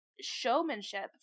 showmanship